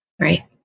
Right